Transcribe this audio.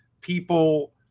People